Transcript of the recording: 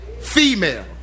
Female